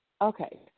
Okay